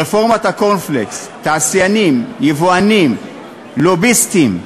רפורמת הקורנפלקס, תעשיינים, יבואנים, לוביסטים,